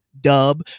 Dub